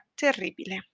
terribile